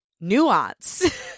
nuance